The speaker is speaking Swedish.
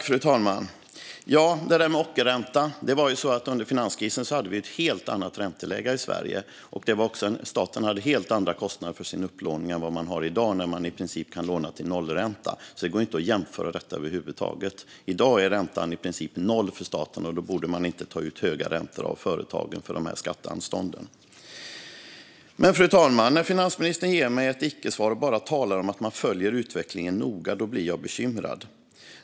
Fru talman! När det gäller det där med ockerränta hade vi under finanskrisen ett helt annat ränteläge i Sverige. Staten hade helt andra kostnader för sin upplåning än man har i dag, när man i princip kan låna till nollränta. Det går alltså inte att jämföra detta över huvud taget. I dag är räntan i princip noll för staten, och då borde man inte ta ut höga räntor av företagen för skatteanstånden. Men, fru talman, när finansministern ger mig ett icke-svar och bara talar om att man följer utvecklingen noga blir jag bekymrad.